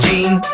Gene